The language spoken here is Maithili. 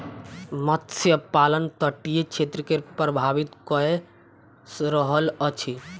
मत्स्य पालन तटीय क्षेत्र के प्रभावित कय रहल अछि